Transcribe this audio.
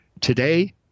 today